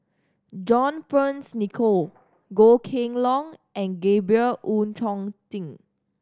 John Fearns Nicoll Goh Kheng Long and Gabriel Oon Chong Jin